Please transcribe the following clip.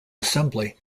assembly